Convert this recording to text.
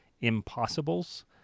impossibles